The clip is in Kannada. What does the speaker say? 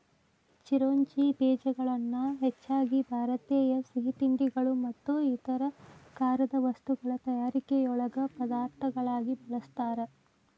ಚಿರೋಂಜಿ ಬೇಜಗಳನ್ನ ಹೆಚ್ಚಾಗಿ ಭಾರತೇಯ ಸಿಹಿತಿಂಡಿಗಳು ಮತ್ತು ಇತರ ಖಾರದ ವಸ್ತುಗಳ ತಯಾರಿಕೆಯೊಳಗ ಪದಾರ್ಥಗಳಾಗಿ ಬಳಸ್ತಾರ